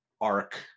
arc